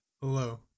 Hello